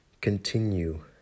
continue